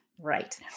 Right